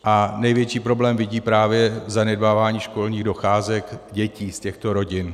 A největší problém vidí právě v zanedbávání školních docházek dětí z těchto rodin.